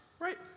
Right